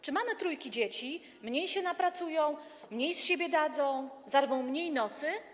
Czy mamy trojga dzieci mniej się napracują, mniej z siebie dadzą, zarwą mniej nocy?